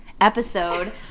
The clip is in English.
episode